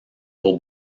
pour